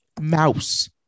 Mouse